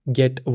get